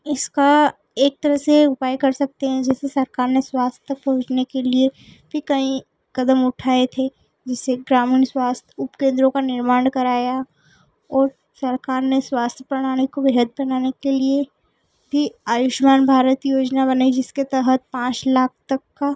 इसका एक तरह से उपाय कर सकते हैं जैसे सरकार ने स्वस्थ्य तक पहुँचने के लिए भी कई क़दम उठाए थे जिसे ग्रामीण स्वास्थ्य उपकेन्द्रों का निर्माण करवाया और सरकार ने स्वास्थ्य प्रणाली को बेहतर बनाने के लिए ही आयुष्मान भारत योजना बनाई जिसके तहत पाँच लाख तक का